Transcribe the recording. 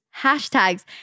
hashtags